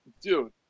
dude